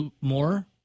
more